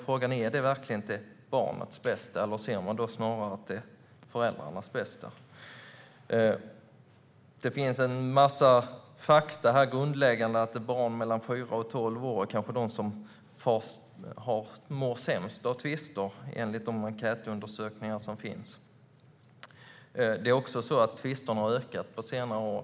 Frågan är om det verkligen är för barnets bästa eller om det snarare ser till föräldrarnas bästa. Det finns en massa grundläggande fakta. Till exempel är barn mellan fyra och tolv år de som kanske mår sämst av tvister, enligt de enkätundersökningar som finns. Det är också så att tvisterna har ökat på senare år.